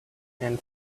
and